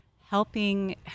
helping